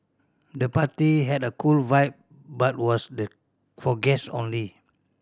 the party had a cool vibe but was the for guest only